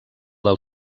del